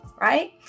Right